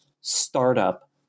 startup